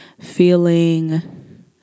feeling